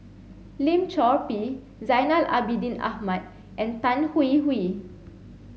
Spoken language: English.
Lim Chor Pee Zainal Abidin Ahmad and Tan Hwee Hwee